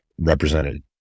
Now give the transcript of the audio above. represented